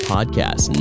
Podcast